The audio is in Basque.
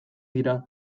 dira